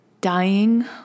dying